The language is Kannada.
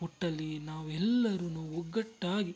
ಒಟ್ನಲ್ಲಿ ನಾವೆಲ್ಲರು ಒಗ್ಗಟ್ಟಾಗಿ